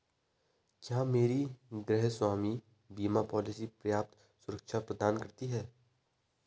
क्या मेरी गृहस्वामी बीमा पॉलिसी पर्याप्त सुरक्षा प्रदान करती है?